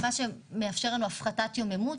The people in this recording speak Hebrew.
מה שמאפשר הפחתת יום עימות,